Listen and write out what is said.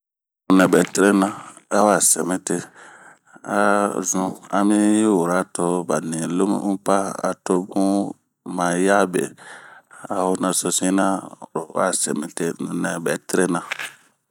Nɛɛ bɛ terenaa wa, sɛmite a zun ami yi wura to ba ni lomi unpa atobun ma ya be, a ho naso sire a nunɛ bɛ terena.